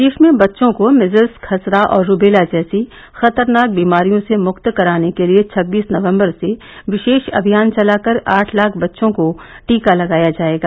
प्रदेश में बच्चों को मीजल्स खसरा और रूबेला जैसी खतरनाक बीमारी से मुक्त कराने के लिए छब्बीस नवम्बर से विशेष अभियान चलाकर आठ लाख बच्चों को टीका लगाया जायेगा